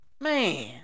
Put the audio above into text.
Man